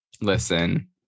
listen